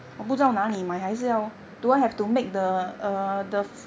err